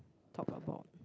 talk about